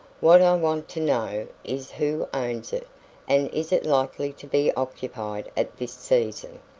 what i want to know is who owns it and is it likely to be occupied at this season?